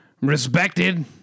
respected